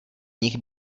nich